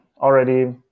already